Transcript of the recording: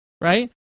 right